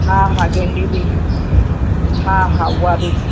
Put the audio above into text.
हा हा गेंढी बि हा हा उहा बि